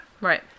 Right